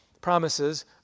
promises